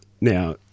Now